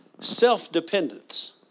Self-dependence